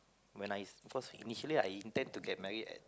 when I first initially I intend to get married at